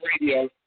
Radio